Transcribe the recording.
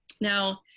Now